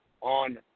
on